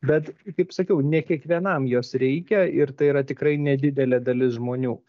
bet kaip sakiau ne kiekvienam jos reikia ir tai yra tikrai nedidelė dalis žmonių